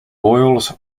oils